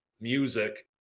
music